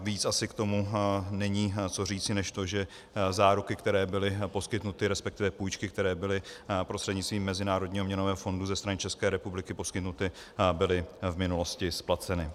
Víc asi k tomu není co říci než to, že záruky, které byly poskytnuty, resp. půjčky, které byly prostřednictvím Mezinárodního měnového fondu ze strany České republiky poskytnuty, byly v minulosti splaceny.